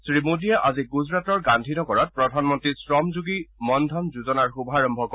শ্ৰীমোদীয়ে আজি গুজাৰাটৰ গান্ধী নগৰত প্ৰধানমন্ত্ৰীৰ শ্ৰমযোগী মন ধন যোজনাৰ শুভাৰম্ভ কৰে